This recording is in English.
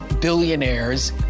Billionaires